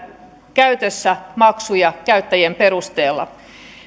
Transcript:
käytössä maksuja käyttäjien perusteella